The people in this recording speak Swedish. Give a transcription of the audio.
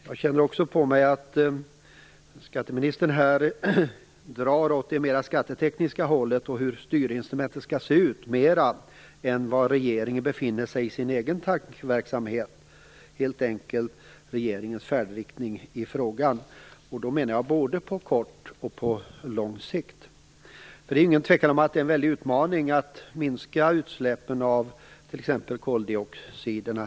Jag känner också på mig att skatteministern drar mer åt det skattetekniska hållet och hur styrinstrumentet skall se ut än att ange var regeringen befinner sig i sin tankeverksamhet, dvs. regeringens färdriktning i frågan. Då menar jag både på kort och på lång sikt. Det är inget tvivel om att det är en stor utmaning att minska utsläppen av t.ex. koldioxid.